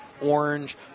orange